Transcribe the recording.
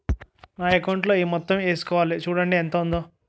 నా అకౌంటులో ఈ మొత్తం ఏసుకోవాలి చూడండి ఎంత ఉందో